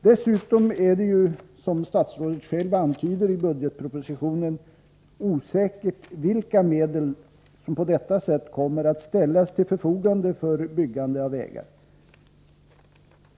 Dessutom är det, som statsrådet själv antyder i budgetpropositionen, osäkert vilka medel som på detta sätt kommer att ställas till förfogande för byggande av vägar.